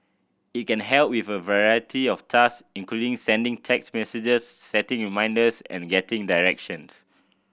it can help with a variety of task including sending text messages setting reminders and getting directions